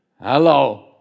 Hello